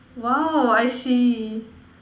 !wow! I see